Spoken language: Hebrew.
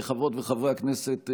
חברות וחברי הכנסת,